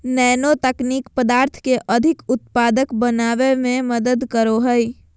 nano तकनीक पदार्थ के अधिक उत्पादक बनावय में मदद करो हइ